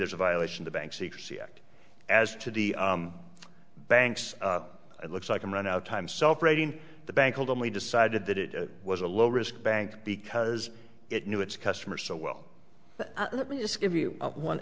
there's a violation the bank secrecy act as to the banks looks like a run out of time celebrating the bank hold only decided that it was a low risk bank because it knew its customers so well let me just give you one